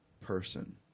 person